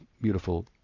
beautiful